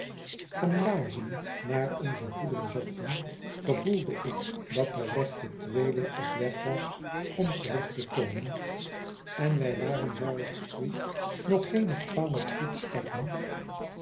van laarzen naar onze hoeden zochten gevoelde ik dat de rechte tweeling op weg was om terug te komen en wij waren gerrard street nog geene twaalf voetstappen